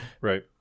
Right